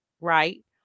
right